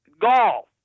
golf